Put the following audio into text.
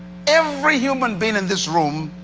every human being in this room,